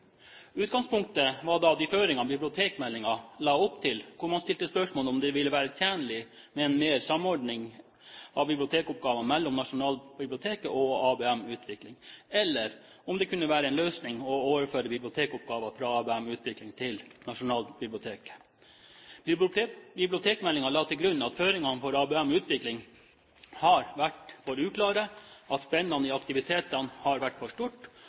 Utgangspunktet var da de føringene bibliotekmeldingen la opp til, hvor man stilte spørsmål om det ville være tjenlig med en nærmere samordning av bibliotekoppgavene mellom Nasjonalbiblioteket og ABM-utvikling, eller om det kunne være en løsning å overføre bibliotekoppgaver fra ABM-utvikling til Nasjonalbiblioteket. Bibliotekmeldingen la til grunn at føringene for ABM-utvikling har vært for uklare, at spennet i aktivitetene har vært for stort,